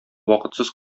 вакытсыз